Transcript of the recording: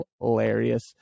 hilarious